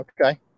Okay